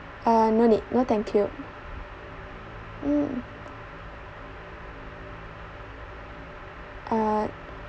uh no need no thank you mm uh